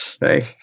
hey